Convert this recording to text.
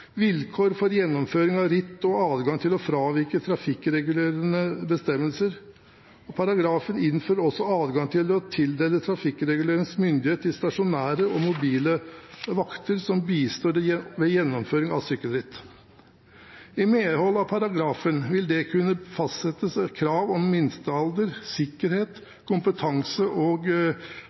vilkår for gjennomføring av ritt og adgang til å fravike trafikkregulerende bestemmelser. Paragrafen innfører også adgang til å tildele trafikkregulerende myndighet til stasjonære og mobile vakter som bistår ved gjennomføring av sykkelritt. I medhold av paragrafen vil det kunne fastsettes krav om minstealder, skikkethet, kompetanse og